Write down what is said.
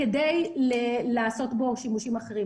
כדי לעשות בו שימושים אחרים.